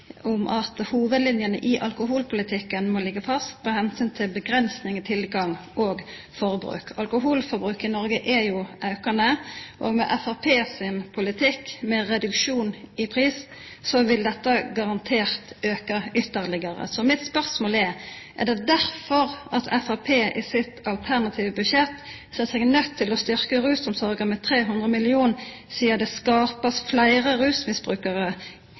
om at «hovedlinjene i alkoholpolitikken må ligge fast med fokus på begrensning av tilgang og forbruk.» Alkoholforbruket i Noreg er aukande, og med Framstegspartiets politikk med reduksjon i pris vil dette garantert auka ytterlegare. Mitt spørsmål er: Er det derfor Framstegspartiet i sitt alternative budsjett ser seg nøydd til å styrkja rusomsorga med 300 mill. kr, fordi det vert fleire rusmisbrukarar